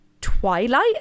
twilight